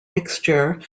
mixture